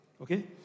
Okay